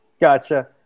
Gotcha